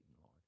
Lord